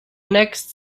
next